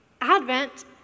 Advent